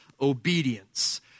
obedience